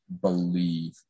believe